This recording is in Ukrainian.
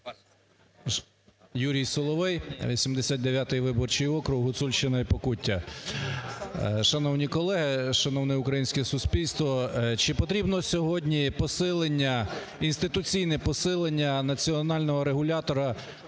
Юрій Соловей, 89 виборчий округ, Гуцульщина і Покуття. Шановні колеги, шановне українське суспільство! Чи потрібно сьогодні посилення, інституційне посилення національного регулятора